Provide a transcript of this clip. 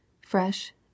fresh